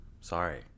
Sorry